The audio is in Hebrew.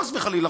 חס וחלילה,